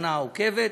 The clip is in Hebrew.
לשנה העוקבת.